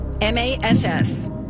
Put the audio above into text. M-A-S-S